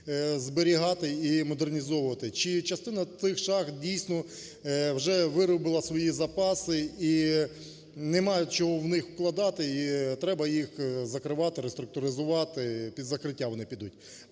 зберігати і модернізовувати, чи частина тих шахт дійсно вже виробила свої запаси і немає чого в них вкладати, і треба їх закривати, реструктуризувати, під закриття вони підуть.